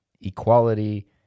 Equality